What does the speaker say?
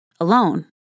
alone